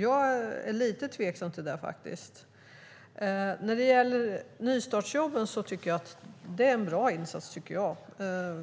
Jag är lite tveksam till det. Nystartsjobben tycker jag är en bra insats. Det är